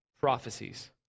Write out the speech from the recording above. prophecies